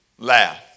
Laugh